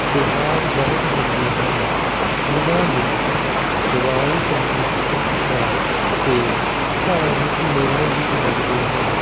ਤਿਉਹਾਰ ਬਹੁਤ ਹੁੰਦੇ ਹਨ ਇਹਨਾਂ ਵਿੱਚ ਦਿਵਾਲੀ ਪ੍ਰਮੁੱਖ ਹੈ ਅਤੇ ਧਾਰਮਿਕ ਮੇਲੇ ਵੀ ਲਗਦੇ ਹਨ